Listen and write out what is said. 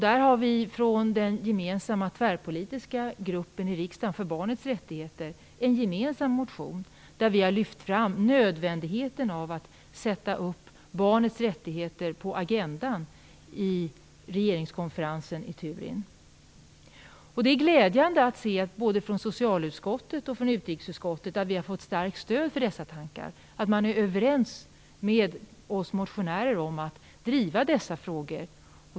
Där har vi från den gemensamma tvärpolitiska gruppen i riksdagen för barnets rättigheter en gemensam motion där vi har lyft fram nödvändigheten av att sätta upp barnets rättigheter på agendan i regeringskonferensen i Turin. Det är glädjande att se att vi har fått starkt stöd för dessa tankar både från socialutskottet och från utrikesutskottet. Man är överens med oss motionärer om att driva dessa frågor.